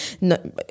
no